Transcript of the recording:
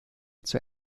zur